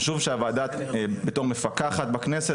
חשוב שהוועדה בתוך מפקחת בכנסת,